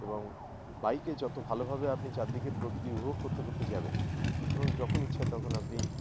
এবং বাইকে যত ভালোভাবে আপনি চারদিকে প্রকৃতি উপভোগ করতে করতে যাবেন এবং যখন ইচ্ছা তখন আপনি